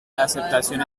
aceptación